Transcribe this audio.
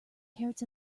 carrots